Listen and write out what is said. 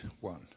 one